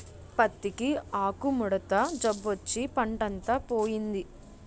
పత్తికి ఆకుముడత జబ్బొచ్చి పంటంతా పోయింది